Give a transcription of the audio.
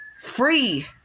free